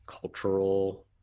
cultural